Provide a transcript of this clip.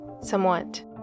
somewhat